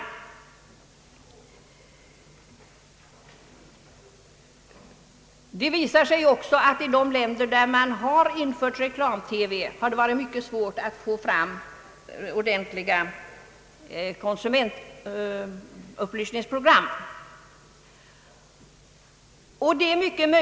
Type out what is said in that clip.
Det har visat sig att det i länder där reklam-TV införts varit mycket svårt att få fram ordentliga konsumentupplysningsprogram.